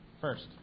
First